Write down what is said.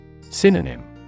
Synonym